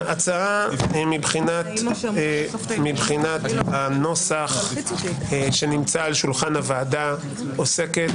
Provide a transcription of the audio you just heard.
ההצעה מבחינת הנוסח שנמצא על שולחן הוועדה עוסקת